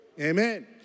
Amen